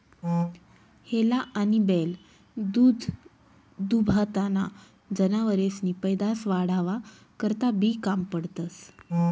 हेला आनी बैल दूधदूभताना जनावरेसनी पैदास वाढावा करता बी काम पडतंस